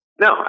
No